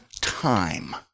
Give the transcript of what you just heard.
time